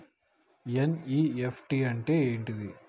NEFT అంటే ఏంటిది?